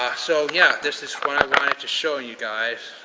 ah so, yeah, this is what i wanted to show you guys,